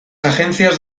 agencias